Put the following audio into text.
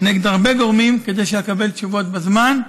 נגד הרבה גורמים כדי שאקבל תשובות בזמן,